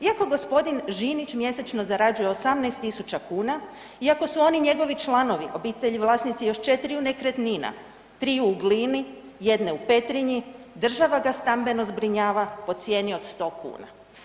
Iako gospodin Žinić mjesečno zarađuju 18.000 kuna, iako su on i njegovi članovi obitelji vlasnici još četiriju nekretnina, triju u Glini, jedne u Petrinji, država ga stambeno zbrinjava po cijeni od 100 kuna.